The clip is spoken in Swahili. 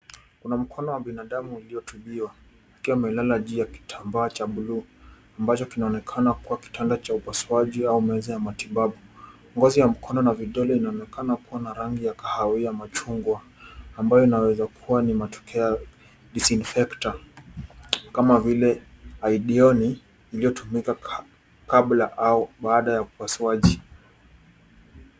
Kuna mkono wa binadamu uliotibiwa ukiwa umelala juu ya kitambaa cha buluu ambacho kinaonekana kuwa kitanda cha upasuaji au meza ya matibabu. Ngozi ya mkono na vidole inaonekana kuwa na rangi ya kahawia machungwa, ambayo inaweza kuwa ni matokeo ya disinfectant kama vile idioni iliyotumika kabla au baada ya upasuaji.